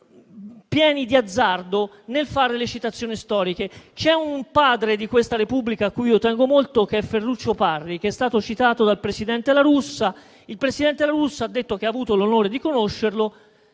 non pieni di azzardo nel fare le citazioni storiche. C'è un padre di questa Repubblica a cui io tengo molto che è Ferruccio Parri, che è stato citato dal presidente La Russa. Quest'ultimo ha detto che ha avuto l'onore di conoscerlo